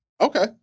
Okay